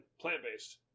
plant-based